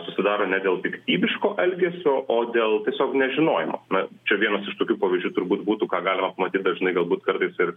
susidaro ne dėl piktybiško elgesio o dėl tiesiog nežinojimo na čia vienas iš tokių pavyzdžių turbūt būtų ką galima pamatyt dažnai galbūt kartais ir